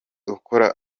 ukora